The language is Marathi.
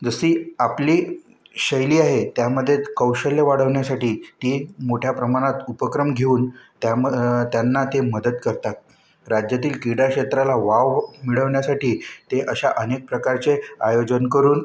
जशी आपली शैली आहे त्यामध्ये कौशल्य वाढवण्यासाठी ते मोठ्या प्रमाणात उपक्रम घेऊन त्याम त्यांना ते मदत करतात राज्यातील क्रीडा क्षेत्राला वाव मिळवण्यासाठी ते अशा अनेक प्रकारचे आयोजन करून